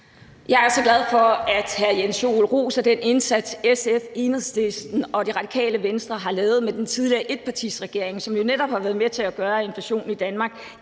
Jeg er så glad for, at hr. Jens Joel roser den indsats, som SF, Enhedslisten og Radikale Venstre har lavet med den tidligere etpartiregering, og som jo netop har været med til at gøre, at inflationen i Danmark